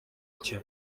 nshya